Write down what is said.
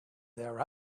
there